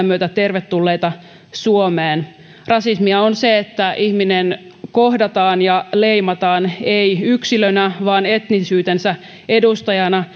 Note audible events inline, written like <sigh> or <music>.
<unintelligible> myötä tervetulleita suomeen rasismia on se että ihminen kohdataan ja leimataan ei yksilönä vaan etnisyytensä edustajana <unintelligible>